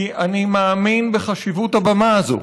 כי אני מאמין בחשיבות הבמה הזאת.